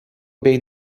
bei